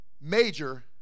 major